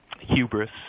hubris